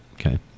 Okay